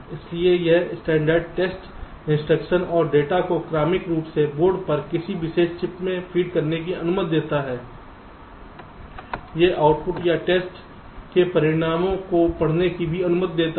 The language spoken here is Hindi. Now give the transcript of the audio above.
इसलिए यह स्टैण्डर्ड टेस्ट इंस्ट्रक्शन और डेटा को क्रमिक रूप से बोर्ड पर किसी विशेष चिप में फीड करने की अनुमति देता है यह आउटपुट या टेस्ट के परिणामों को पढ़ने की भी अनुमति देता है